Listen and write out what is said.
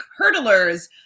hurdlers